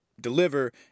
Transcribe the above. deliver